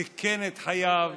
סיכן את חייו,